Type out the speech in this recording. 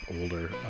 older